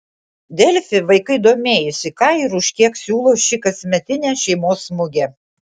delfi vaikai domėjosi ką ir už kiek siūlo ši kasmetinė šeimos mugė